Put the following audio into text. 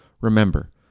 Remember